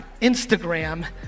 Instagram